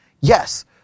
Yes